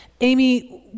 Amy